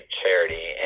charity